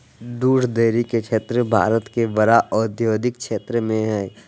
दूध डेरी के क्षेत्र भारत के बड़े औद्योगिक क्षेत्रों में हइ